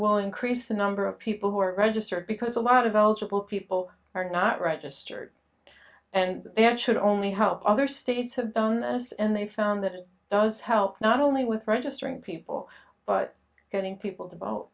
will increase the number of people who are registered because a lot of eligible people are not registered and then should only hope other states have bonus and they found that it does help not only with registering people but getting people to vote